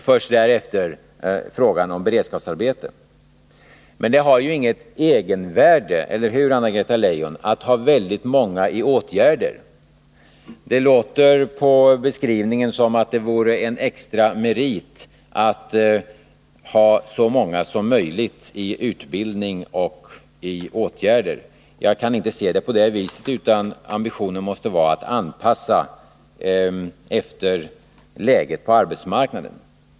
Först därefter kommer beredskapsarbeten i fråga. Men det har ju inget egenvärde att ha väldigt många i åtgärder — eller hur, Anna-Greta Leijon? Det låter på beskrivningen som om det vore en extra merit att ha så många som möjligt i utbildning och i åtgärder. Jag kan inte se det på det viset. Ambitionen måste vara att anpassa insatserna efter läget på arbetsmarknaden.